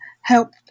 help